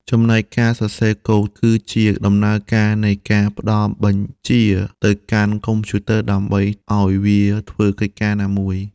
ចំណែកការសរសេរកូដគឺជាដំណើរការនៃការផ្តល់បញ្ជាទៅកាន់កុំព្យូទ័រដើម្បីឱ្យវាធ្វើកិច្ចការណាមួយ។